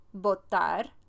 votar